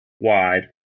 wide